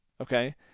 okay